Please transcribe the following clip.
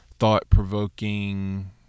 Thought-provoking